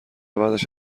بعدش